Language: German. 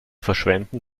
verschwenden